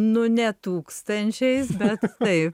nu ne tūkstančiais bet taip